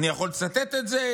אני יכול לצטט את זה,